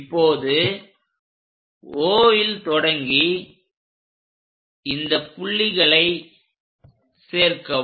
இப்போது Oல் தொடங்கி இந்த புள்ளிகளை சேர்க்கவும்